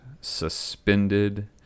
suspended